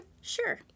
Sure